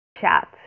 chat